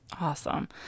Awesome